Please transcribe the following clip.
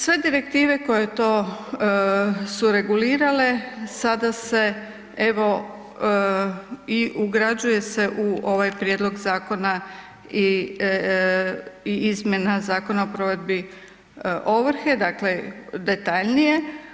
Sve direktive koje su to regulirale sada se evo i ugrađuje se u ovaj prijedlog zakona i, i izmjena Zakona o provedbi ovrhe, dakle detaljnije.